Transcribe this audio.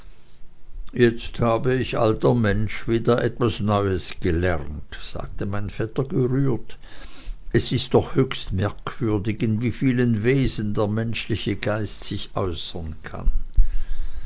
jetzt habe ich alter mensch wieder etwas neues gelernt sagte mein vetter gerührt es ist doch höchst merkwürdig in wie vielen weisen der menschliche geist sich äußern kann